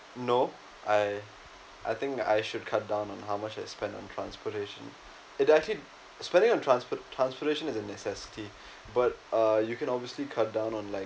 no I I think I should cut down on how much I spend on transportation it actually spending on transport~ transportation is a necessity but uh you can obviously cut down on like